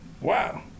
Wow